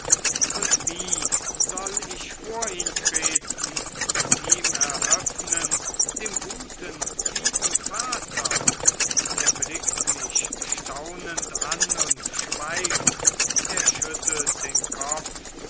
und wie soll ich vor ihn treten es ihm eröffnen dem guten lieben vater er blickt mich staunend an und schweigt er schüttelt den kopf